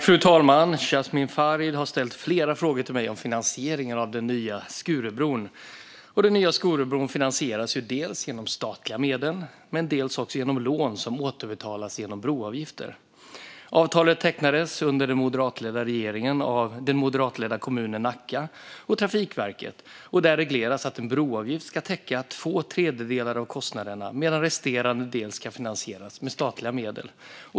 Fru talman! Jasmin Farid har ställt flera frågor till mig om finansieringen av den nya Skurubron. Den nya Skurubron finansieras dels genom statliga medel, dels genom lån som återbetalas genom broavgifter. Avtalet tecknades under den moderatledda regeringen av den moderatledda kommunen Nacka och Trafikverket. Där regleras att en broavgift ska täcka två tredjedelar av kostnaderna, medan resterande del ska finansieras med statliga medel.